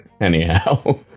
anyhow